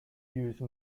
use